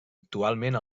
actualment